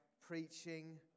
preaching